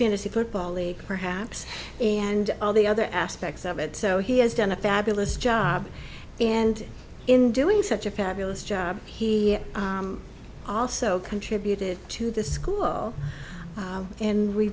fantasy football league perhaps and all the other aspects of it so he has done a fabulous job and in doing such a fabulous job he also contributed to this school and we